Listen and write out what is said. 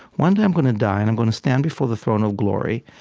one day i'm going to die and i'm going to stand before the throne of glory,